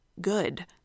good